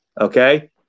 Okay